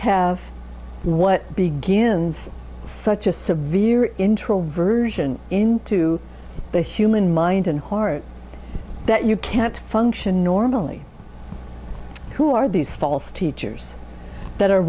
have what begins such a severe introversion into the human mind and heart that you can't function normally who are these false teachers that are